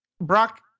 Brock